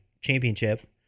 championship